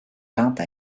peintes